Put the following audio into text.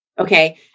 okay